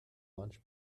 launch